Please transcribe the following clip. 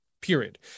period